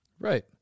Right